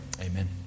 Amen